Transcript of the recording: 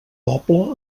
poble